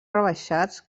rebaixats